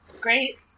Great